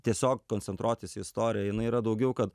tiesiog koncentruotis į istoriją jinai yra daugiau kad